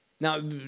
now